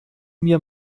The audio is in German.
mir